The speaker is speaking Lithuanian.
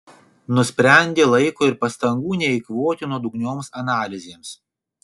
nusprendė laiko ir pastangų neeikvoti nuodugnioms analizėms